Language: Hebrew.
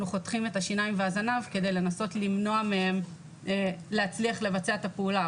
חותכים את השיניים והזנב כדי לנסות למנוע מהם להצליח לבצע את הפעולה,